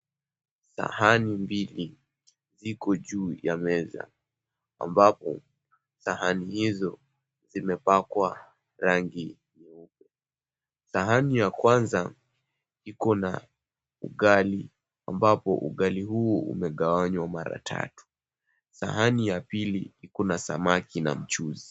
Sahani mbili ziko juu ya meza, ambapo sahani hizo zimepakwa rangi nyeupe. Sahani ya kwanza iko na ugali ambapo ugali huo umegawanywa mara tatu. Sahani ya pili iko na samaki na mchuzi.